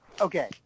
okay